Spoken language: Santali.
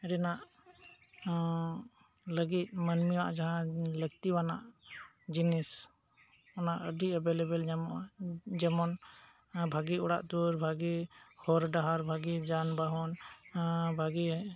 ᱨᱮᱭᱟᱜ ᱞᱟᱹᱜᱤᱫ ᱢᱟᱹᱱᱢᱤᱭᱟᱜ ᱡᱟᱦᱟᱸ ᱞᱟᱹᱠᱛᱤᱭᱟᱱᱟᱜ ᱡᱤᱱᱤᱥ ᱚᱱᱟ ᱟᱹᱰᱤ ᱮᱵᱮᱞᱮᱵᱮᱞ ᱧᱟᱢᱚᱜᱼᱟ ᱡᱮᱢᱚᱱ ᱵᱷᱟᱜᱤ ᱚᱲᱟᱜ ᱫᱩᱣᱟᱹᱨ ᱵᱷᱟᱜᱤ ᱦᱚᱨ ᱰᱟᱦᱟᱨ ᱵᱷᱟᱜᱤ ᱡᱟᱱ ᱵᱟᱦᱚᱱ ᱵᱷᱟᱜᱤ